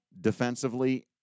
defensively